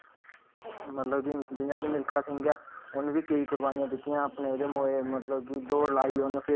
pen आह्ले रंग pencil आह्ले रंग बोलतें आह्ले जेह्ड़े रंग लिकवड़ बी ते दुऐ बी